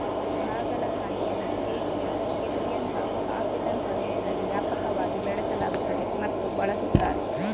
ಹಾಗಲಕಾಯಿಯನ್ನು Asia, Caribbean ಹಾಗೂ African ಪ್ರದೇಶದಲ್ಲಿ ವ್ಯಾಪಕವಾಗಿ ಬೆಳೆಸಲಾಗುತ್ತದೆ ಮತ್ತು ಬಳಸುತ್ತಾರೆ